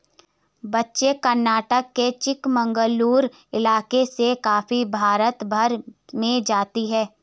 बच्चों कर्नाटक के चिकमंगलूर इलाके से कॉफी भारत भर में जाती है